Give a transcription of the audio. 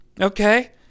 Okay